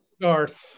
Garth